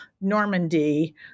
Normandy